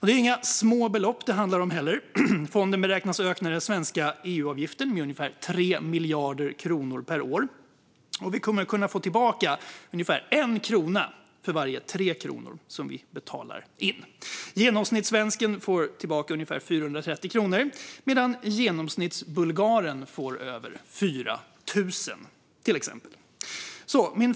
Det är inga små belopp det handlar om heller. Fonden beräknas öka den svenska EU-avgiften med ungefär 3 miljarder kronor per år. Vi kommer att kunna få tillbaka ungefär 1 krona för varje 3 kronor som vi betalar in. Genomsnittssvensken får tillbaka ungefär 430 kronor medan genomsnittsbulgaren får över 4 000.